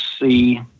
see